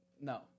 no